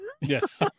Yes